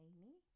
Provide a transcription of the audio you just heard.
Amy